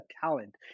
talent